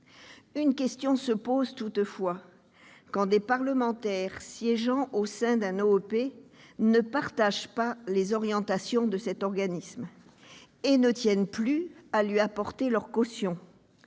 Une question se pose toutefois, lorsque des parlementaires siégeant au sein d'un OEP n'en partagent pas les orientations et ne tiennent plus à lui apporter leur caution.